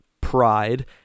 pride